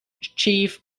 chief